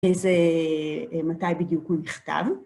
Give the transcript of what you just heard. איזה מתי בדיוק הוא נכתב.